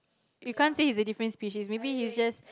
you can't say he's a different species maybe he's just